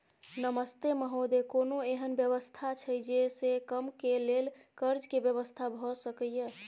नमस्ते महोदय, कोनो एहन व्यवस्था छै जे से कम के लेल कर्ज के व्यवस्था भ सके ये?